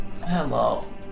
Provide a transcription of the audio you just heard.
hello